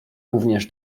również